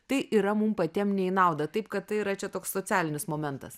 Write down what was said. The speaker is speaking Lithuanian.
tai yra mum patiem ne į naudą taip kad tai yra čia toks socialinis momentas